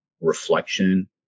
reflection